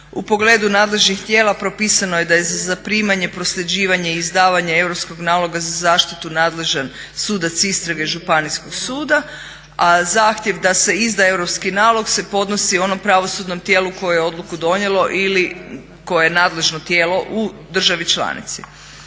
U pogledu nadležnih tijela propisano je da je za zaprimanje, prosljeđivanje i izdavanje europskog naloga za zaštitu nadležan sudac istrage Županijskog suda, a zahtjev da se izda europski nalog se podnosi onom pravosudnom tijelu koje je odluku donijelo ili koje je nadležno tijelo u državi članici.